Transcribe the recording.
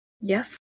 Yes